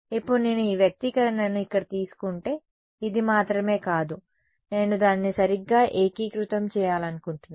ఇప్పుడు నేను ఈ వ్యక్తీకరణను ఇక్కడ తీసుకుంటే ఇది మాత్రమే కాదు నేను దానిని సరిగ్గా ఏకీకృతం చేయాలనుకుంటున్నాను